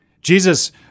Jesus